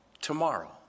tomorrow